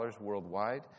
worldwide